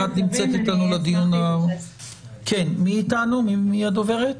מי הדוברת?